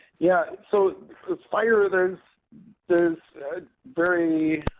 yeah. so with fire, there's there's very